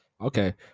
Okay